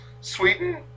Sweden